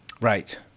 Right